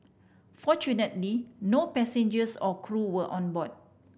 fortunately no passengers or crew were on board